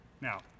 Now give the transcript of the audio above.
Now